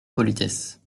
politesse